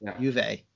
Juve